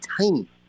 tiny